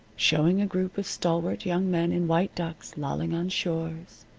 showing a group of stalwart young men in white ducks lolling on shores,